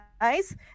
nice